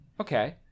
Okay